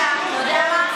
נגד?